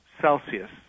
Celsius